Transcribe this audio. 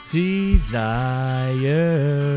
desire